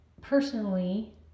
personally